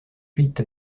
huit